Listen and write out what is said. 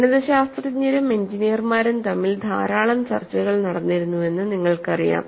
ഗണിതശാസ്ത്രജ്ഞരും എഞ്ചിനീയർമാരും തമ്മിൽ ധാരാളം ചർച്ചകൾ നടന്നിരുന്നുവെന്ന് നിങ്ങൾക്കറിയാം